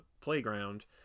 playground